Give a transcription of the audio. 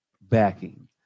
backing